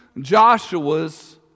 Joshua's